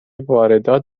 واردات